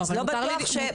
אבל מותר לי לקנות.